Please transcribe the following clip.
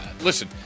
Listen